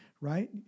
right